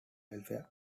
welfare